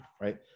right